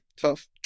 tough